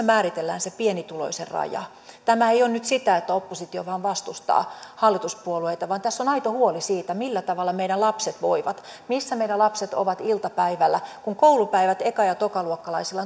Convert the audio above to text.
määritellään se pienituloisen raja tämä ei ole nyt sitä että oppositio vain vastustaa hallituspuolueita vaan tässä on aito huoli siitä millä tavalla meidän lapsemme voivat missä meidän lapsemme ovat iltapäivällä kun koulupäivät eka ja tokaluokkalaisilla